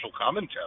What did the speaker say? commentary